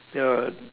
ya